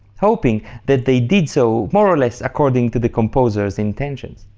hoping that they did so more or less according to the composers' intentions.